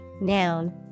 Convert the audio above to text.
noun